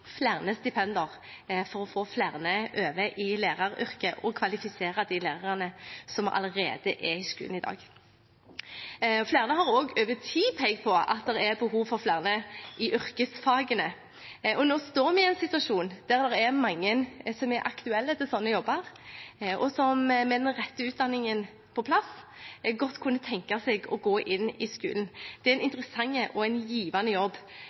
flere stipender – for å få flere over i læreryrket og kvalifisere de lærerne som allerede er i skolen i dag. Flere har over tid også pekt på at det er behov for flere i yrkesfagene. Nå står vi i en situasjon der det er mange som er aktuelle til sånne jobber, og som med den rette utdanningen på plass godt kunne tenke seg å gå inn i skolen. Det er en interessant og givende jobb,